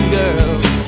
girls